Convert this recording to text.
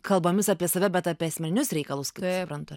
kalbomis apie save bet apie asmeninius reikalus kaip suprantu